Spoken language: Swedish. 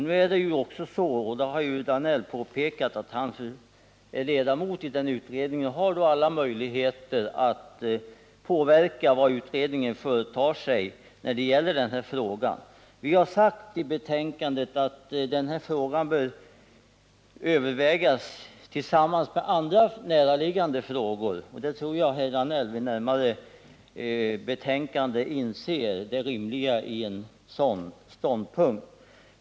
Nu är det också så, det har herr Danell påpekat, att han är ledamot av den utredningen och har alla möjligheter att påverka vad utredningen företar sig när det gäller denna fråga. Utskottet har anfört i betänkandet att denna fråga bör övervägas tillsammans med andra näraliggande frågor. Jag tror att herr Danell vid närmare eftertanke inser det rimliga i en sådan ståndpunkt.